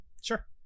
Sure